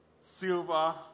silver